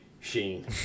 Sheen